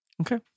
Okay